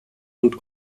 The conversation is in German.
und